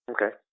Okay